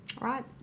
Right